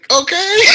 okay